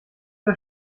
der